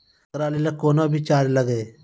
एकरा लेल कुनो चार्ज भी लागैये?